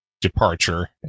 departure